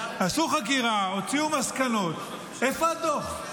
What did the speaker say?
הם עשו חקירה, הוציאו מסקנות, איפה הדוח?